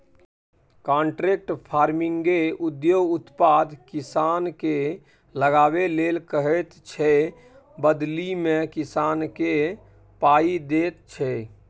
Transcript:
contract फार्मिंगमे उद्योग उत्पाद किसानकेँ लगाबै लेल कहैत छै बदलीमे किसानकेँ पाइ दैत छै